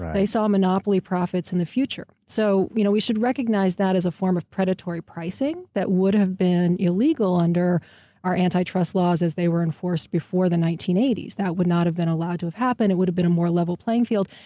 they saw monopoly profits in the future. so you know we should recognize that as a form of predatory pricing that would have been illegal under our anti-trust laws as they were enforced before the nineteen eighty s. that would not have been allowed to have happen. it would've been a more level playing field.